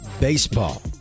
baseball